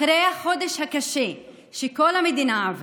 אחרי החודש הקשה שכל המדינה עברה,